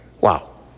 wow